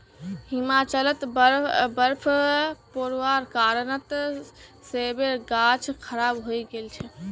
हिमाचलत बर्फ़ पोरवार कारणत सेबेर गाछ खराब हई गेल छेक